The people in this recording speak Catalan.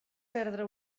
perdre